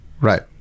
Right